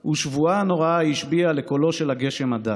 / ושבועה נוראה היא השביעה / לקולו של הגשם הדק.